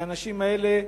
והאנשים האלה,